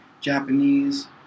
Japanese